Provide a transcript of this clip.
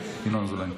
ינון אזולאי.